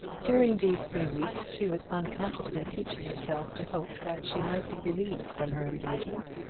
during these three weeks she was unconsciously teaching herself to hope that she might be relieved from her engagement.